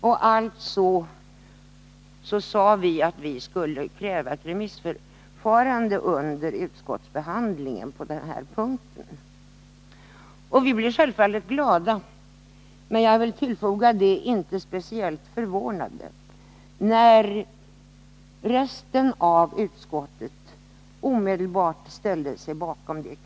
Vi sade att vi på den punkten skulle kräva ett remissförfarande i samband med utskottsbehandlingen. Vi blev självfallet glada — och jag vill tillfoga: inte speciellt förvånade — när utskottet i övrigt omedelbart ställde sig bakom kravet.